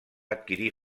adquirir